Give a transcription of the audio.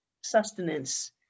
sustenance